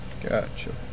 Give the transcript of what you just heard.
Gotcha